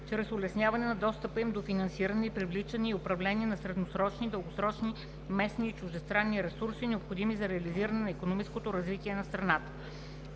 чрез улесняване на достъпа им до финансиране и привличане и управление на средносрочни и дългосрочни местни и чуждестранни ресурси, необходими за реализиране на икономическото развитие на страната.